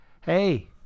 Hey